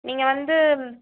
நீங்கள் வந்து